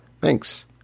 Thanks